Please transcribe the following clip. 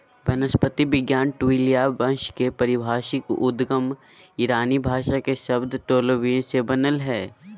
वनस्पति विज्ञान ट्यूलिया वंश के पारिभाषिक उद्गम ईरानी भाषा के शब्द टोलीबन से बनल हई